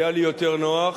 היה לי יותר נוח.